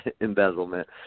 embezzlement